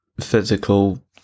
physical